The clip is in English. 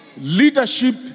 Leadership